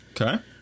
Okay